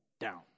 down